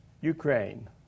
Ukraine